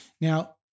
Now